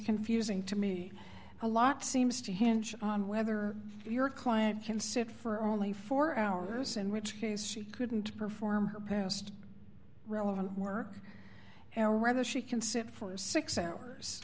confusing to me a lot seems to hinge on whether your client can sit for only four hours in which case she couldn't perform her past relevant work now rather she can sit for six hours